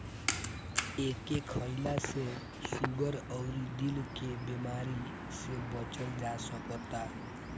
एके खईला से सुगर अउरी दिल के बेमारी से बचल जा सकता